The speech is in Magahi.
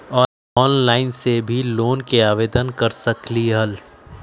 ऑनलाइन से भी लोन के आवेदन कर सकलीहल?